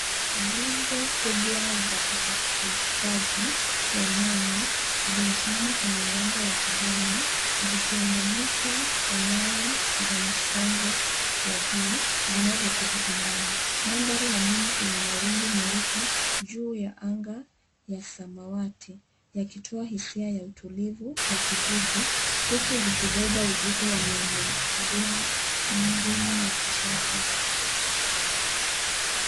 Nguzo kubwa za usafirishaji wa umeme zimesimama kwenye uwanja wa kijani zikiunganishwa kwa nyaya za msongo wa juu, zinazopita angani. Mandhari ya nyuma ina mawingu meupe, juu ya anga ya samawati, yakitoa hisia ya utulivu wa kijiji, huku zikibeba uzito wa miundo mbinu ya kisasa.